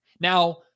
Now